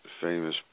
famous